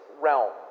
realm